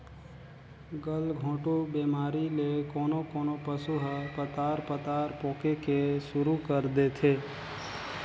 गलघोंटू बेमारी ले कोनों कोनों पसु ह पतार पतार पोके के सुरु कर देथे